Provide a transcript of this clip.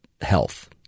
health